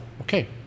okay